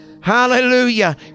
Hallelujah